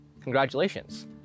congratulations